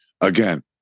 again